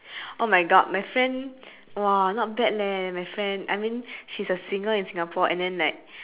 oh my god my friend !wah! not bad leh my friend I mean she's a singer in singapore and then like